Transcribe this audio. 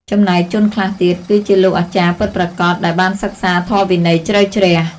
ចំណែកជនខ្លះទៀត គឺជាលោកអាចារ្យពិតប្រាកដ ដែលបានសិក្សាធម៌វិន័យជ្រៅជ្រះ។